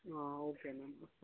ఆ okay ma'am